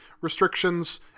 restrictions